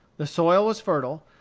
the soil was fertile.